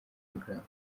porogaramu